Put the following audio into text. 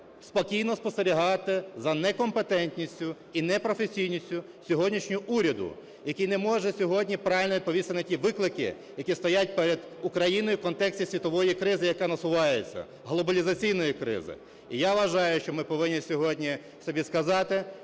спокійно спостерігати за некомпетентністю і непрофесійністю сьогоднішнього уряду, який не може сьогодні правильно відповісти на ті виклики, які стоять перед Україною в контексті світової кризи, яка насувається – глобалізаційної кризи. І я вважаю, що ми повинні сьогодні собі сказати,